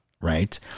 right